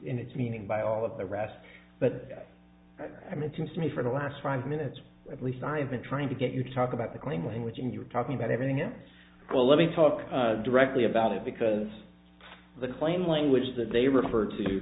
in its meaning by all of the rest but i mean it seems to me for the last five minutes at least i've been trying to get you to talk about the claim language and you're talking about having it well let me talk directly about it because the claim language that they refer to